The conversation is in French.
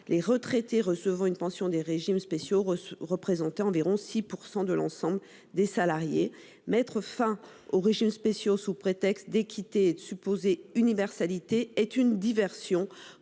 les retraités recevant une pension au titre des régimes spéciaux représentaient environ 6 % de l'ensemble des retraités. Mettre fin aux régimes spéciaux sous prétexte d'équité et d'une supposée universalité est une diversion